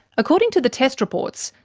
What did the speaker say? according to the test reports,